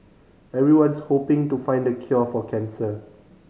everyone's hoping to find the cure for cancer